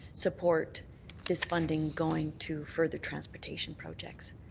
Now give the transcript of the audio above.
support this funding going to further transportation projects.